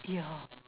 ya